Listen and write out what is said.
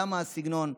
למה הסגנון.